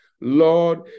Lord